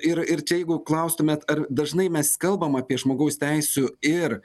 ir ir čia jeigu klaustumėt ar dažnai mes kalbam apie žmogaus teisių ir